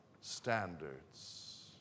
standards